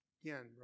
Again